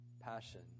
passion